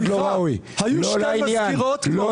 לא ראוי, לא לעניין.